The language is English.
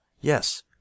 Yes